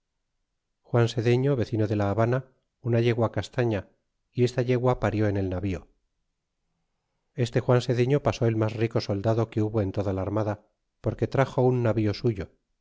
juan sedal vecino de la habana una yegua castaña y esta yegua parió en el navio este juan sedefto pasó el mas rico soldado que hubo en toda la armada porque traxo un mur suyo